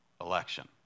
election